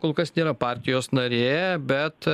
kol kas nėra partijos narė bet